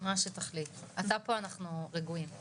מה שתחליט, אתה פה, אנחנו רגועים.